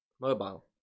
Mobile